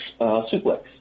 suplex